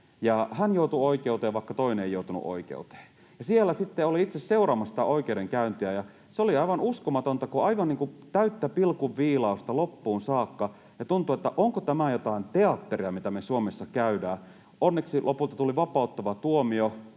hän joutui oikeuteen, vaikka toinen ei joutunut oikeuteen. Siellä sitten olin itse seuraamassa sitä oikeudenkäyntiä, ja se oli aivan uskomatonta, kun aivan niin kuin täyttä pilkun viilausta loppuun saakka, ja tuntui, että onko tämä jotain teatteria, mitä me Suomessa käydään. Onneksi lopulta tuli vapauttava tuomio